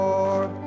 Lord